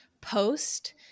post